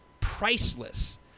priceless